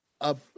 up